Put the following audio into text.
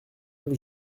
neuf